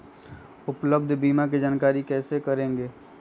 उपलब्ध बीमा के जानकारी कैसे करेगे?